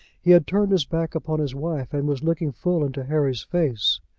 he had turned his back upon his wife, and was looking full into harry's face.